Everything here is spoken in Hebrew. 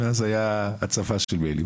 ואז היה הצפה של מיילים,